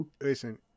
Listen